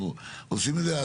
אנחנו עושים את זה,